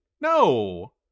no